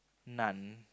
naan